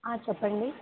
చెప్పండి